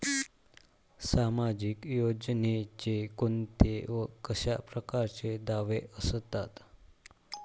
सामाजिक योजनेचे कोंते व कशा परकारचे दावे असतात?